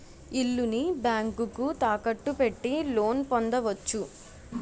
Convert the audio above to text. ఇల్లుని బ్యాంకుకు తాకట్టు పెట్టి లోన్ పొందవచ్చు